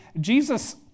Jesus